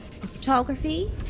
Photography